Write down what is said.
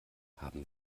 haben